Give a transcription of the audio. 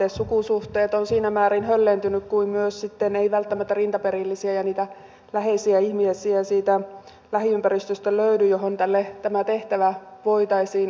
sukusuhteet ovat siinä määrin höllentyneet kuin myös sitten ei välttämättä rintaperillisiä ja niitä läheisiä ihmisiä siitä lähiympäristöstä löydy joille tämä tehtävä voitaisiin uskoa